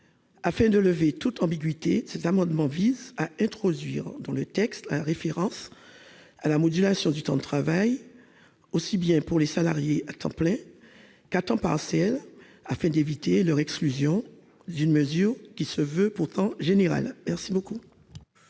Afin de lever toute ambiguïté, cet amendement vise à introduire dans le texte la référence à la modulation du temps de travail, pour les salariés aussi bien à temps plein qu'à temps partiel, afin d'éviter l'exclusion de ces derniers d'une mesure qui se veut pourtant générale. La parole